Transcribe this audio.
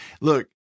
look